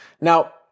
Now